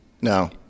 No